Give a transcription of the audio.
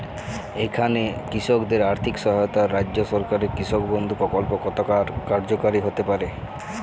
এখানে কৃষকদের আর্থিক সহায়তায় রাজ্য সরকারের কৃষক বন্ধু প্রক্ল্প কতটা কার্যকরী হতে পারে?